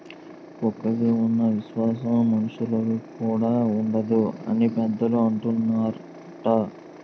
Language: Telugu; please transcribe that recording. కుక్కకి ఉన్న విశ్వాసం మనుషులుకి కూడా ఉండదు అని పెద్దలు అంటూవుంటారు